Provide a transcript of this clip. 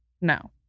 no